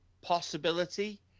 possibility